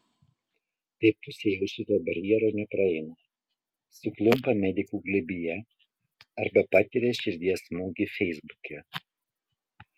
tai pusė jau šito barjero nepraeina suklumpa medikų glėbyje arba patiria širdies smūgį feisbuke